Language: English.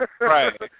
right